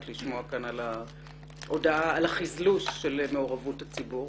לשמוע כאן את ההודעה על מעורבות הציבור